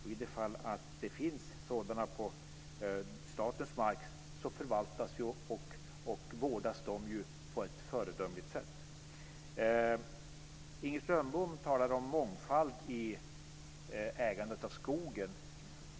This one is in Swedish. Om det finns skyddsvärda biotoper på statens mark förvaltas och vårdas de ju på ett föredömligt sätt. Inger Strömbom talade om mångfald i ägandet av skogen.